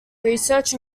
research